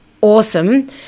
awesome